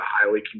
highly